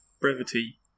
brevity